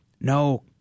No